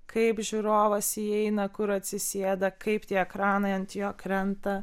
kaip žiūrovas įeina kur atsisėda kaip tie ekranai ant jo krenta